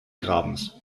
grabens